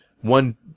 one